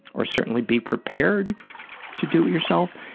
or certainly be prepared to do it yourself.